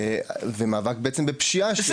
ומאבק בפשיעה.